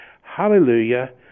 hallelujah